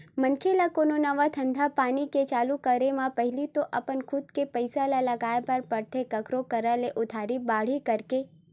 मनखे ल कोनो नवा धंधापानी के चालू करे म पहिली तो अपन खुद के पइसा ल लगाय बर परथे कखरो करा ले उधारी बाड़ही करके